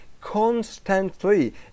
Constantly